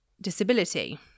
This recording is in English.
disability